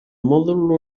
mòdul